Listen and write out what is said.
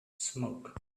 smoke